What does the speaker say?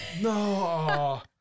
No